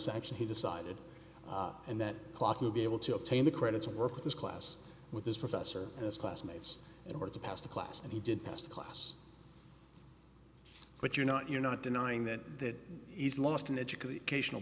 section he decided and that clock would be able to obtain the credits work with his class with his professor and his classmates in order to pass the class and he did pass the class but you're not you're not denying that he's lost an educational